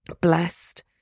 blessed